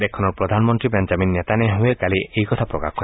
দেশখনৰ প্ৰধানমন্ত্ৰী Benjamin Netanyahu কালি এই কথা প্ৰকাশ কৰে